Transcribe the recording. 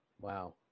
Wow